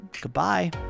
Goodbye